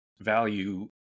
value